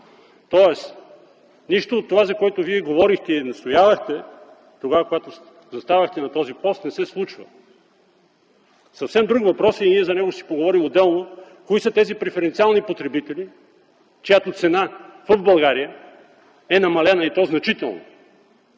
Тоест нищо от това, за което Вие говорихте и настоявахте, когато заставахте на този пост, не се случва. Съвсем друг въпрос е, и за него ще си поговорим отделно, кои са тези преференциални потребители, чиято цена в България е намалена, и то значително?